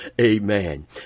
Amen